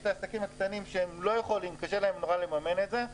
יש עסקים קטנים שקשה להם מאוד לממן את זה,